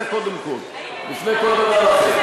זה קודם כול, לפני כל דבר אחר.